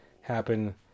happen